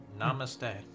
Namaste